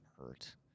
hurt